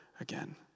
again